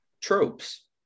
tropes